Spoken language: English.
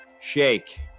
Shake